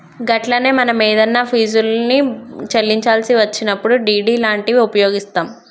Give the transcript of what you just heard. గట్లనే మనం ఏదన్నా ఫీజుల్ని చెల్లించాల్సి వచ్చినప్పుడు డి.డి లాంటివి ఉపయోగిస్తాం